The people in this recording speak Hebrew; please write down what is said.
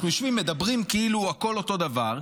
אנחנו יושבים, מדברים כאילו הכול אותו דבר,